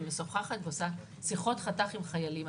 ומשוחחת ועושה שיחות חתך עם חיילים.